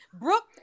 Brooke